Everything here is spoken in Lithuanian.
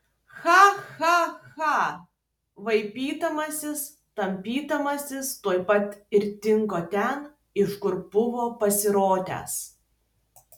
cha cha cha vaipydamasis tampydamasis tuoj pat ir dingo ten iš kur buvo pasirodęs